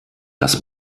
das